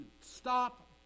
stop